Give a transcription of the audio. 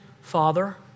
Father